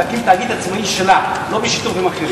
תאגיד עצמאי משלה לא בשיתוף עם אחרים.